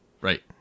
Right